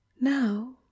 now